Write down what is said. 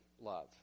love